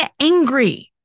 angry